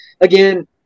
again